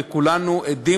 וכולנו עדים